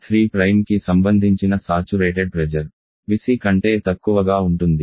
T3కి సంబంధించిన saturated pressure PC కంటే తక్కువగా ఉంటుంది